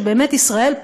שבאמת בישראל,